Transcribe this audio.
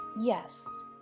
Yes